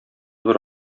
бер